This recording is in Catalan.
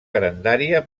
grandària